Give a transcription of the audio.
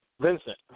Vincent